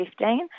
2015